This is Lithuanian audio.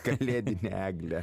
kalėdinę eglę